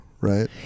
right